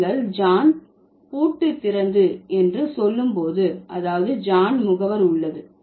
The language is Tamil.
நீங்கள் ஜான் பூட்டு திறந்து என்று சொல்ல போது அதாவது ஜான் முகவர் உள்ளது